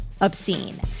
obscene